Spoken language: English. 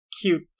cute